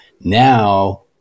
Now